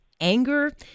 anger